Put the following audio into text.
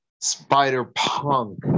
Spider-Punk